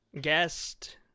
Guest